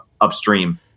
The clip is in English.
upstream